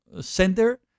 Center